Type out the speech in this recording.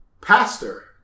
pastor